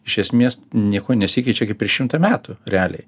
iš esmės niekuo nesikeičia kaip prieš šimtą metų realiai